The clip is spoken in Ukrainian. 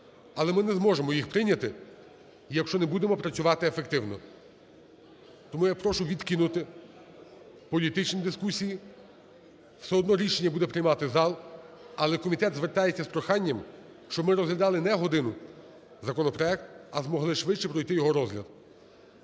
але ми не зможемо їх прийняти, якщо не будемо працювати ефективно. Тому я прошу відкинути політичні дискусії, все одно рішення буде приймати зал. Але комітет звертається з проханням, щоб ми розглядали не годину законопроект, а змогли швидше пройти його розгляд.